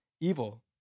evil